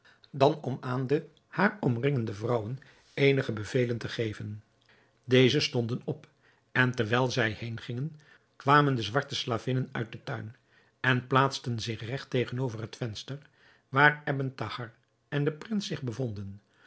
dan om aan de haar omringende vrouwen eenige bevelen te geven deze stonden op en terwijl zij heengingen kwamen de zwarte slavinnen uit den tuin en plaatsten zich regt tegenover het venster waar ebn thahar en de prins zich bevonden